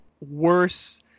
worse